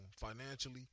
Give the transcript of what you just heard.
Financially